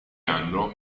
anno